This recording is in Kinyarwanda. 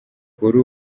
kuri